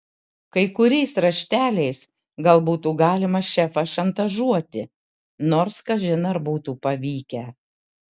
kai kuriais rašteliais gal būtų galima šefą šantažuoti nors kažin ar būtų pavykę